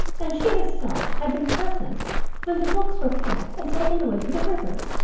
and she herself had been present when the books were packed and taken away to the river.